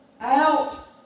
out